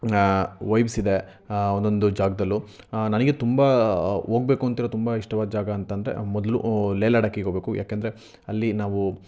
vibes ಇದೆ ಒಂದೊಂದು ಜಾಗ್ದಲ್ಲೂ ನನಗೆ ತುಂಬ ಹೋಗ್ಬೇಕು ಅಂತಿರೋ ತುಂಬ ಇಷ್ಟವಾದ ಜಾಗ ಅಂತಂದರೆ ಮೊದಲು ಲೇಹ್ ಲಡಾಖಿಗೆ ಹೋಗಬೇಕು ಯಾಕಂದರೆ ಅಲ್ಲಿ ನಾವು